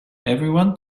everyone